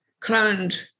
cloned